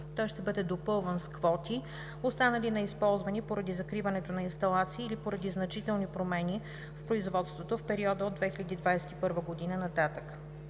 Той ще бъде допълван с квоти, останали неизползвани поради закриването на инсталации или поради значителни промени в производството в периода от 2021 г. нататък.